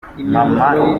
mama